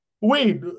wait